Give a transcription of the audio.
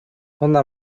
ona